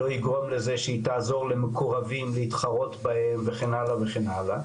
לא יגרום לזה שהיא תעזור למקורבים להתחרות בהם וכן הלאה וכן הלאה,